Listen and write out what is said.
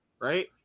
right